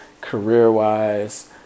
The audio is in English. career-wise